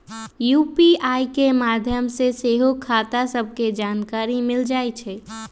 UPI के माध्यम से सेहो खता सभके जानकारी मिल जाइ छइ